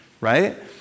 right